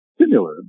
similar